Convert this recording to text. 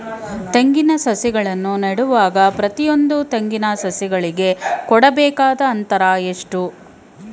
ತೆಂಗಿನ ಸಸಿಗಳನ್ನು ನೆಡುವಾಗ ಪ್ರತಿಯೊಂದು ತೆಂಗಿನ ಸಸಿಗಳಿಗೆ ಕೊಡಬೇಕಾದ ಅಂತರ ಎಷ್ಟು?